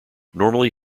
normally